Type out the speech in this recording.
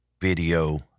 video